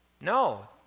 No